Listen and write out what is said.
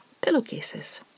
pillowcases